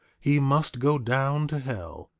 he must go down to hell.